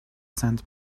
sand